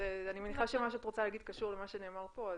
אני מניחה שמה שאת רוצה קשור למה שנאמר פה.